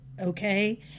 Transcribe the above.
okay